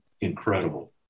incredible